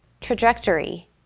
Trajectory